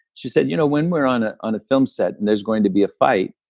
she said, you know, when we're on ah on a film set and there's going to be a fight,